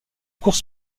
court